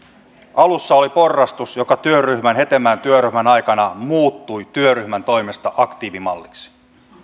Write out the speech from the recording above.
alussa oli porrastus joka hetemäen työryhmän aikana muuttui työryhmän toimesta aktiivimalliksi